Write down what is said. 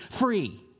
free